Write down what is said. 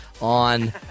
on